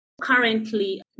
Currently